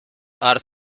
are